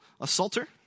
assaulter